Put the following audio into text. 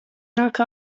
nāk